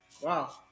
Wow